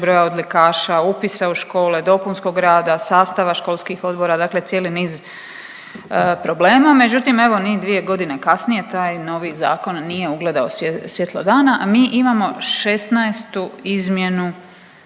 broja odlikaša, upisa u škole, dopunskog rada, sastava školskih odbora. Dakle, cijeli niz problema. Međutim, evo ni dvije godine kasnije taj novi zakon nije ugledao svjetlo dana, a mi imamo šesnaestu izmjenu